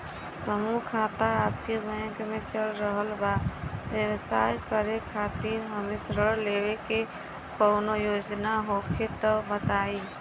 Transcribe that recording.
समूह खाता आपके बैंक मे चल रहल बा ब्यवसाय करे खातिर हमे ऋण लेवे के कौनो योजना होखे त बताई?